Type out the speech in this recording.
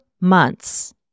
months